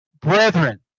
brethren